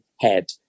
head